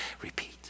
repeat